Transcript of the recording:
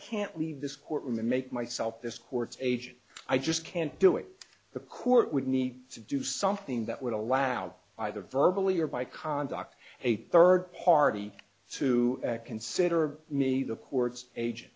can't leave this courtroom and make myself this court's agent i just can't do it the court would need to do something that would allow either verbal ear by conduct a third party to consider me the court's age